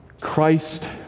Christ